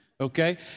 Okay